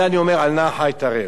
לא יכול להיות שאתם